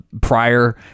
prior